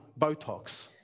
Botox